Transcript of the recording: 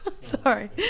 Sorry